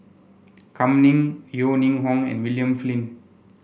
Kam Ning Yeo Ning Hong and William Flint